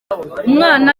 umwana